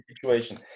situation